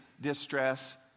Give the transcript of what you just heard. distress